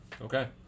Okay